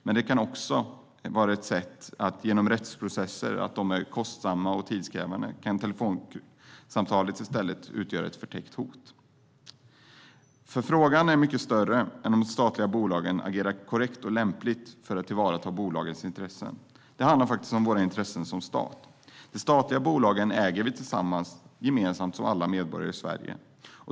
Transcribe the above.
Men genom att rättsprocesser är kostsamma och tidskrävande kan telefonsamtalet i stället utgöra ett förtäckt hot. Frågan är mycket större än om de statliga bolagen agerar korrekt och lämpligt för att tillvarata bolagens intressen. Det handlar faktiskt om våra intressen som stat. De statliga bolagen äger vi gemensamt, alla medborgare i Sverige.